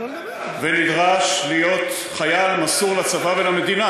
ונדרש להיות חייל מסור לצבא ולמדינה,